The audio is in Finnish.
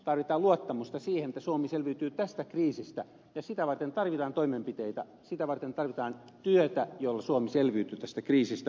tarvitaan luottamusta siihen että suomi selviytyy tästä kriisistä ja sitä varten tarvitaan toimenpiteitä sitä varten tarvitaan työtä jolla suomi selviytyy tästä kriisistä